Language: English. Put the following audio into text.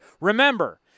Remember